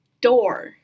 door